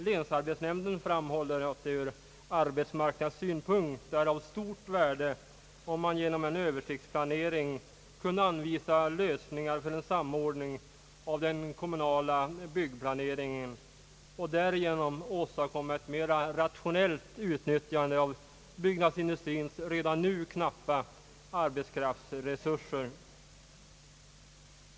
Länsarbetsnämnden framhåller att det ur arbetsmarknadssynpunkt är av stort värde, om man genom en översiktsplanering kunde anvisa lösningar för en samordning av den kommunala byggplaneringen och därigenom åstadkomma ett mera rationellt utnyttjande av byggnadsindustriens redan nu knappa arbetskraftsresurser.